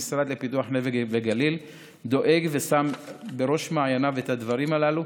המשרד לפיתוח הנגב והגליל דואג ושם בראש מעייניו את הדברים הללו.